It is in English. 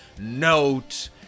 note